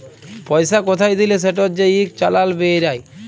পইসা কোথায় দিলে সেটর যে ইক চালাল বেইরায়